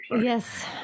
yes